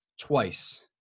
twice